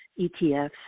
ETFs